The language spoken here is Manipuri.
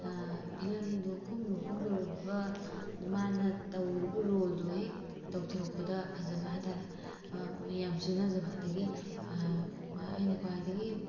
ꯐꯤꯂꯝꯗꯨ ꯀꯨꯝꯂꯨ ꯀꯨꯝꯂꯨꯔꯕ ꯃꯥꯅ ꯇꯧꯔꯤꯕ ꯔꯣꯜꯗꯣ ꯍꯦꯛ ꯇꯧꯊꯣꯔꯛꯄꯗ ꯐꯖꯕ ꯍꯥꯏꯇꯥꯔꯦ ꯌꯥꯝ ꯆꯨꯅꯖꯕ ꯑꯗꯒꯤ ꯑꯩꯅ ꯈ꯭ꯋꯥꯏꯗꯒꯤ